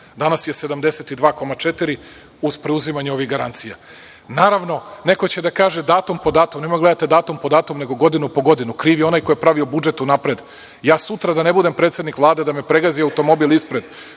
danas je 72,4 uz preuzimanje ovih garancija. Naravno, neko će da kaže datum, nemojte gledati datum po datum, nego godinu po godinu. Kriv je onaj ko je pravio budžet unapred. Ja sutra da ne budem predsednik Vlade, da me pregazi automobil ispred,